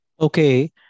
Okay